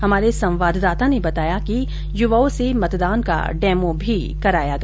हमारे संवाददाता ने बताया कि युवाओं से मतदान का डेमो भी कराया गया